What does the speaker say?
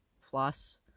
floss